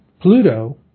Pluto